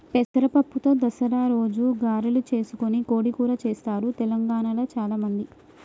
పెసర పప్పుతో దసరా రోజు గారెలు చేసుకొని కోడి కూర చెస్తారు తెలంగాణాల చాల మంది